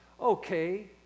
Okay